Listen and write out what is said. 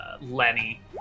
Lenny